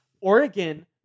Oregon